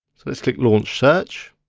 let's click launch search.